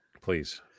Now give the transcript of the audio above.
please